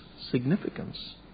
significance